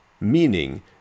meaning